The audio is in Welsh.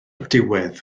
diwedd